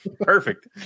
perfect